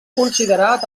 considerat